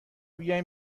بیایید